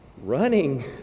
running